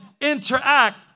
interact